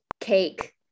cake